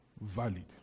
valid